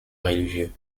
religieux